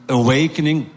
awakening